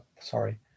sorry